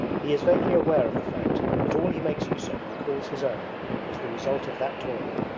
he is vaguely aware of the fact that all he makes use of and calls his own is the result of that toil,